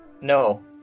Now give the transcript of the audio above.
No